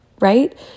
right